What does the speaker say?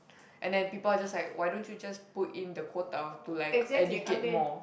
and then people are just like why don't you just put in the quota to like educate more